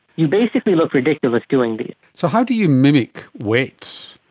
you basically look ridiculous doing these. so how do you mimic weight?